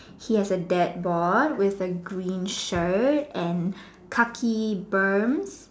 he has a dad board with a green shirt and khaki berms